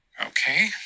Okay